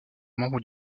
membres